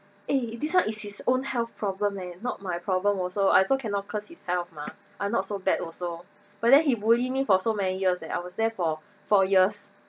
eh this one is his own health problem leh not my problem also I also cannot curse his health mah I not so bad also but then he bully me for so many years eh I was there for four years